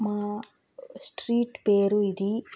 మా స్ట్రీట్ పేరు ఇది